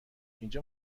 اینجا